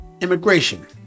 immigration